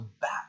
back